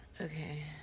Okay